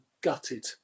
gutted